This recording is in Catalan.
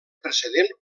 precedent